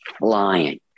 flying